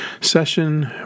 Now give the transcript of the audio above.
session